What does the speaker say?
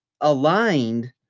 aligned